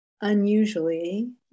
unusually